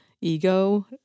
ego